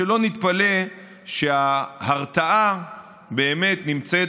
אז שלא נתפלא שההרתעה באמת נמצאת